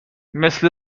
مثل